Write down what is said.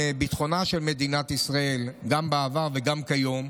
ביטחונה של מדינת ישראל גם בעבר וגם כיום,